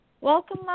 Welcome